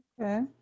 okay